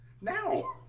Now